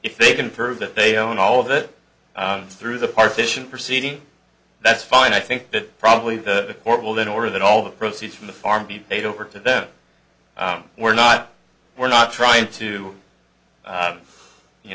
if they can prove that they own all of it through the partition proceeding that's fine i think that probably the court will then order that all the proceeds from the farm be paid over to them we're not we're not trying to